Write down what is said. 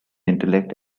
intellect